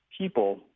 people